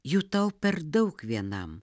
jų tau per daug vienam